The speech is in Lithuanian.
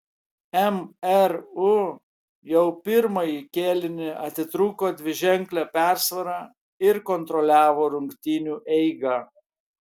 mru jau pirmąjį kėlinį atitrūko dviženkle persvara ir kontroliavo rungtynių eigą